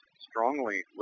strongly